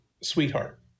sweetheart